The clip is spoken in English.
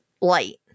light